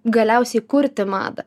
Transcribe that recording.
galiausiai kurti madą